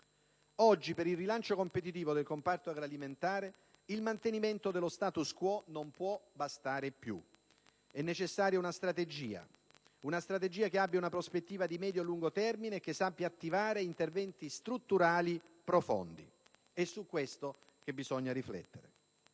Oggi per il rilancio competitivo del comparto agro-alimentare il mantenimento dello *status* *quo* non può più bastare. È necessaria una strategia, che abbia una prospettiva di medio-lungo termine, che sappia attivare interventi strutturali profondi. È su questo che bisogna riflettere.